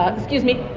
ah excuse me.